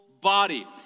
body